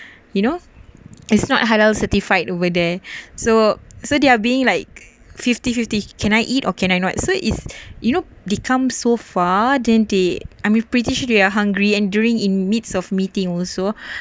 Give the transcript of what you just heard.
you know it's not halal certified over there so so they're being like fifty fifty can I eat or can I not so it's you know we come so far then they I'm pretty sure they are hungry and during in midst of meeting also